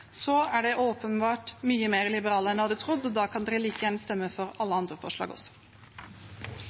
er de åpenbart mye mer liberale enn jeg hadde trodd. Da kan de like gjerne stemme for alle andre forslag også.